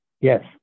Yes